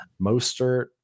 Mostert